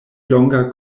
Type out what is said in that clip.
longa